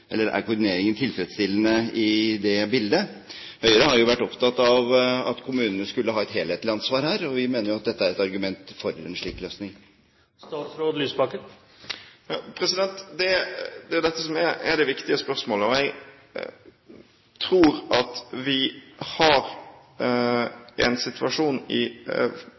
eller er koordineringen tilfredsstillende i det bildet? Høyre har vært opptatt av at kommunene skulle ha et helhetlig ansvar her, og vi mener at dette er et argument for en slik løsning. Det er dette som er det viktige spørsmålet, og jeg tror at vi har en situasjon for mange kommuner i